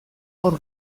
hor